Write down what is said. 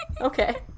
Okay